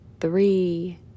three